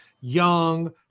young